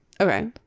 Okay